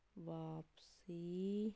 ਵਾਪਸੀ